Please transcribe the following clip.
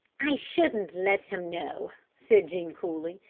i shouldn't let him know, said jean coolly.